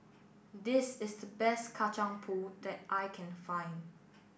this is the best Kacang Pool that I can find